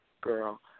girl